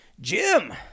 Jim